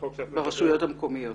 ברשויות המקומיות.